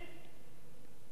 במשולש ובגליל.